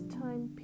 time